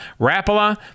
Rapala